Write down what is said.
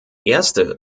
erste